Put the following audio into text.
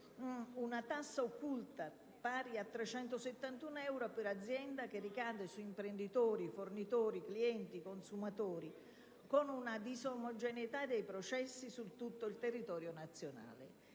Una tassa occulta pari a 371 euro per azienda, che ricade su imprenditori, fornitori, clienti e consumatori, con una disomogeneità dei processi su tutto il territorio nazionale.